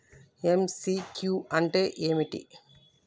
MCQ అంటే ఏమిటి?